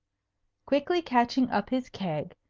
quickly catching up his keg,